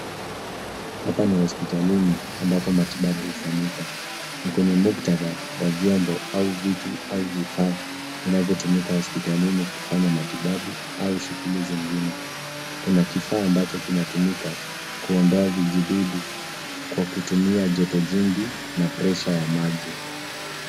Hapa ni hospitalini ambapo matibabu hufanyika. Ni kwenye muktadha wa vyombo au vitu au vifaa vinavyotumika hospitalini kufanya matibabu au shughuli zingine. Kuna kifaa ambacho kinatumika kuondoa vijidudu kwa kutumia joto jingi na pressure ya maji.